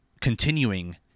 continuing